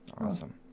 Awesome